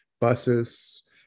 buses